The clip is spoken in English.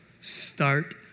Start